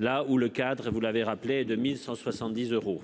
là où le cadre et vous l'avez rappelé, 2170 euros.